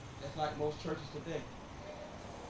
that's like most churches today